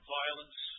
violence